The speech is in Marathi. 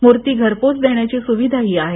मूर्ती घरपोच देण्याची स्विधाही आहे